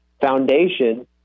foundation